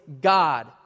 God